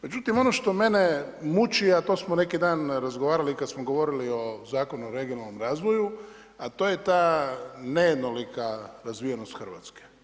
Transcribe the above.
Međutim, ono što mene muči, a to smo neki dan razgovarali i kad smo govorili o Zakonu o regionalnom razvoju a to je ta nejednolika razvijenost Hrvatske.